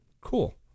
Cool